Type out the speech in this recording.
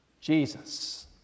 Jesus